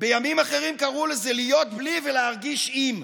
בימים אחרים קראו לזה להיות בלי ולהרגיש עם.